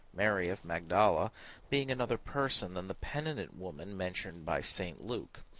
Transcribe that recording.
mary of magdala being another person than the penitent woman mentioned by st. luke.